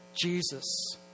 Jesus